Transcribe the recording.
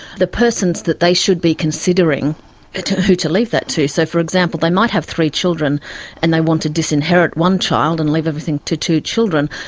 the persons that they should be considering who to leave that to. so, for example, they might have three children and they want to disinherit one child and leave everything to two children.